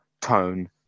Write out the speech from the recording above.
tone